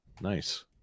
Nice